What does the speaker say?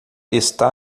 está